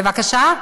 בבקשה?